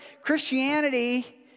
Christianity